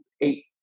eight